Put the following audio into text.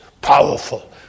powerful